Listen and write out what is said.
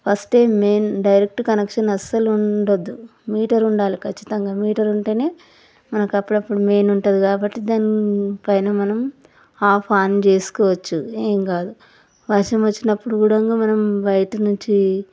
ఫస్టే main direct connection అసలు ఉండ్డదు మీటర్ ఉండాలి ఖచ్చితంగా మీటరు ఉంటే మనకు అప్పుడప్పుడు మెయిన్ ఉంటుంది కాబట్టి దాని పైన మనం ఆఫ్ ఆన్ చేసుకోవచ్చు ఏం కాదు వర్షం వచ్చినప్పుడు కూడా మనం బయటనుంచి